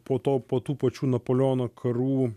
po to po tų pačių napoleono karų